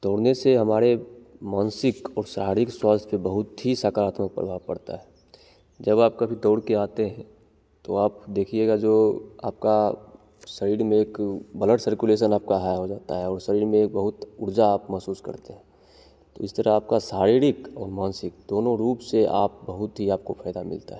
दौड़ने से हमारे मानसिक और शारीरिक स्वास्थ्य बहुत ही सकारात्मक प्रभाव पड़ता है जब आप कभी दौड़ कर आते हैं तो आप देखिएगा जो आपका शरीर में एक ब्लड सरकुलेसन आपका हाय हो जाता है और शरीर में एक बहुत उर्जा आप महसूस करते हैं तो इस तरह आपका शारीरक और मानसिक दोनों रूप से आप बहुत ही आपको फयदा मिलता है